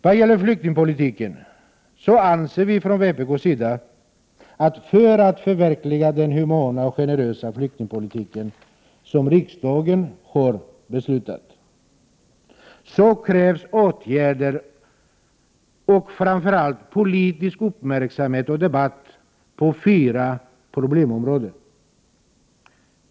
Vad gäller flyktingpolitiken anser vi från vänsterpartiet kommunisterna att det, för att förverkliga den humana och generösa flyktingpolitik som riksdagen har beslutat om, krävs åtgärder och framför allt politisk uppmärksamhet och debatt på fyra problemområden.